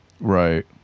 right